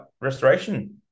Restoration